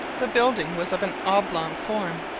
the building was of an oblong form,